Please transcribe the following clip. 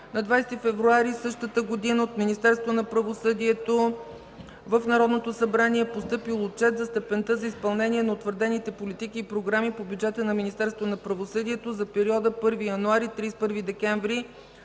На 20 февруари 2015 г. от Министерството на правосъдието в Народното събрание е постъпил Отчет за степента за изпълнение на утвърдените политики и програми по бюджета на Министерството на правосъдието за периода 1 януари – 31 декември